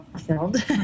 filled